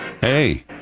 Hey